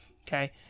Okay